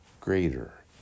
greater